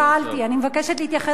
אני מבקשת להתייחס לשאילתא ששאלתי.